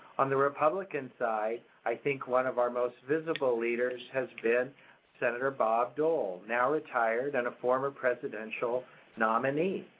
on the republican side i think one of our most visible leaders has been senator bob dole, now retired and a former presidential nominee.